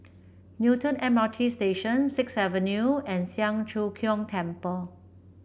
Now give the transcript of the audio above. Newton M R T Station Sixth Avenue and Siang Cho Keong Temple